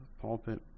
pulpit